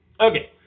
Okay